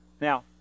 now